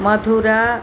Madhura